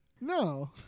No